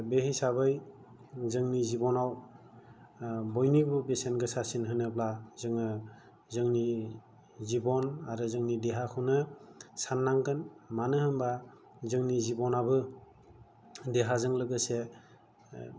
दा बे हिसाबै जोंनि जिबननाव बयनिबो बेसेन गोसासिन होनोब्ला जोङो जोंनि जिबन आरो जोंनि देहाखौनो साननांगोन मानो होनोब्ला जोंनि जिबनाबो देहाजों लोगोसे